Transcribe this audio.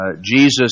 Jesus